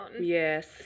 Yes